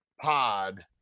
pod